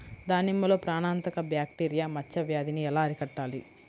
దానిమ్మలో ప్రాణాంతక బ్యాక్టీరియా మచ్చ వ్యాధినీ ఎలా అరికట్టాలి?